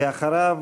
ואחריו,